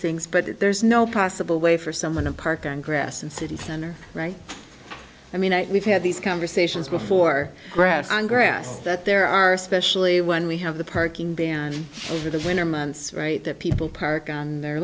things but if there's no possible way for someone to park on grass and city center right i mean we've had these conversations before grass on grass that there are specially when we have the parking ban over the winter months right that people park on their